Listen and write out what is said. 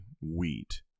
wheat